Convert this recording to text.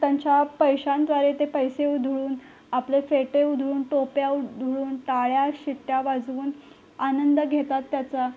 त्यांच्या पैशांद्वारे ते पैसे उधळून आपले फेटे उधळून टोप्या उधळून टाळ्या शिट्या वाजवून आनंद घेतात त्याचा